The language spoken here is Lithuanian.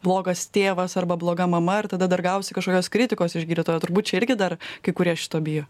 blogas tėvas arba bloga mama ir tada dar gausi kažkokios kritikos iš gydytojo turbūt irgi dar kai kurie šito bijo